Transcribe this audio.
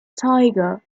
tiger